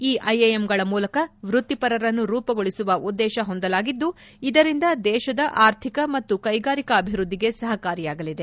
ಈ ಐಐಎಂಗಳ ಮೂಲಕ ವ್ವತ್ತಿಪರರನ್ನು ರೂಪುಗೊಳಿಸುವ ಉದ್ದೇಶ ಹೊಂದಲಾಗಿದ್ದು ಇದರಿಂದ ದೇಶದ ಆರ್ಥಿಕ ಮತ್ತು ಕೈಗಾರಿಕಾಭಿವೃದ್ದಿಗೆ ಸಹಕಾರಿಯಾಗಲಿದೆ